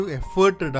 effort